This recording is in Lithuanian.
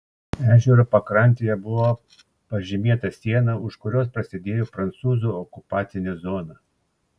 ežero pakrantėje buvo pažymėta siena už kurios prasidėjo prancūzų okupacinė zona